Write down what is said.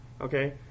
okay